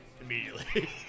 immediately